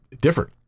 different